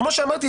כמו שאמרתי,